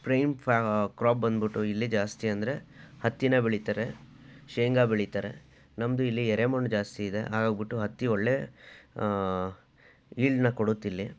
prime crop ಬಂದುಬಿಟ್ಟು ಇಲ್ಲಿ ಜಾಸ್ತಿ ಅಂದರೆ ಹತ್ತಿನ ಬೆಳಿತಾರೆ ಶೇಂಗಾ ಬೆಳಿತಾರೆ ನಮ್ಮದು ಇಲ್ಲಿ ಎರೆಮಣ್ಣು ಜಾಸ್ತಿ ಇದೆ ಹಾಗಾಗಿಬಿಟ್ಟು ಹತ್ತಿ ಒಳ್ಳೆ ಈಲ್ಡನ್ನ ಕೊಡುತ್ತಿಲ್ಲಿ